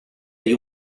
gli